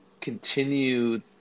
continue –